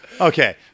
okay